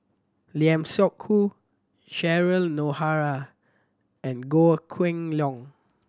Lim Seok Hui Cheryl Noronha and Goh Kheng Long